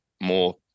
more